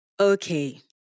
Okay